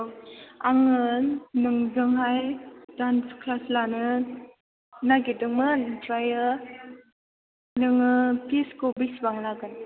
औ आङो नोंजोंहाय डान्स क्लास लानो नागिरदोंमोन ओमफ्राय नोङो फिसखौ बिसिबां लागोन